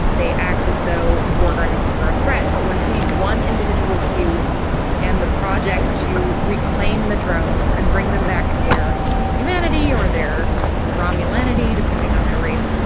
they act as though the borg are no longer a threat. but we're seeing one individual cube and the project to reclaim the drones and bring them back to their humanity or their romneyland city depending on their race.